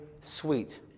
sweet